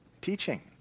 teaching